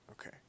okay